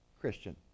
Christian